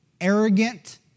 arrogant